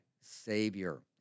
Savior